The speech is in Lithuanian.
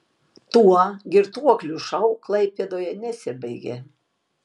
tuo girtuoklių šou klaipėdoje nesibaigė